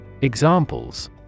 Examples